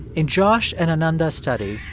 in josh and ananda's study,